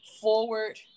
forward